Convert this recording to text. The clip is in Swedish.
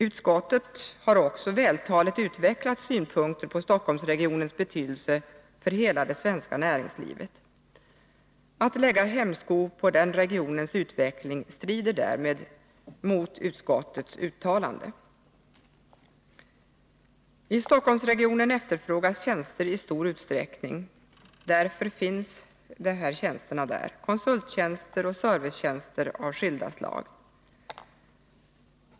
Utskottet har också vältaligt utvecklat synpunkter på Stockholmsregionens betydelse för hela det svenska näringslivet. Att lägga hämsko på den regionens utveckling strider därmed mot utskottets uttalande. I Stockholmsregionen efterfrågas tjänster i stor utsträckning. Därför finns dessa där — konsulttjänster och servicetjänster av skilda slag.